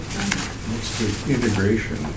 integration